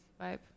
vibe